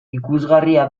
ikusgarria